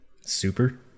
Super